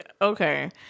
Okay